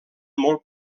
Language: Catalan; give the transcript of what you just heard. molt